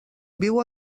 viu